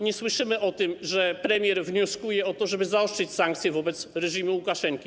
Nie słyszymy o tym, że premier wnioskuje o to, żeby zaostrzyć sankcje wobec reżimu Łukaszenki.